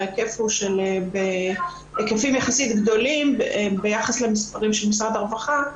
ההיקף הוא במספרים יחסית גדולים ביחס למספרים של משרד הרווחה,